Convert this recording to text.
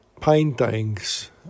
paintings